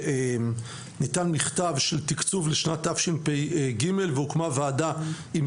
ניתן מכתב של תקצוב לשנת תשפ"ג והוקמה ועדה עם